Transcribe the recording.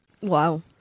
Wow